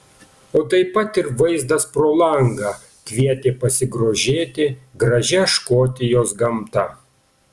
o taip pat ir vaizdas pro langą kvietė pasigrožėti gražia škotijos gamta